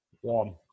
One